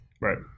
right